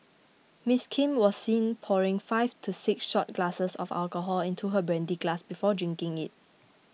Ms Kim was seen pouring five to six shot glasses of alcohol into her brandy glass before drinking it